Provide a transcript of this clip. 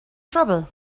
trouble